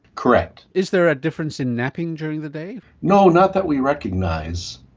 correct. is there a difference in napping during the day? no, not that we recognise.